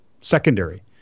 secondary